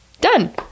done